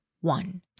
one